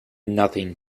nothing